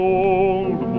old